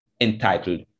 entitled